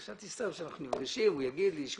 חשבתי שאנחנו סתם נפגשים לפגישת הכרות והוא יגיד לי שהוא